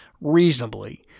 reasonably